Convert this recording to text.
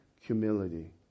humility